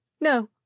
no